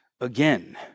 again